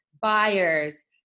buyers